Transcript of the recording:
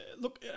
look